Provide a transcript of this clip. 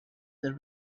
there